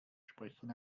sprechen